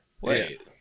wait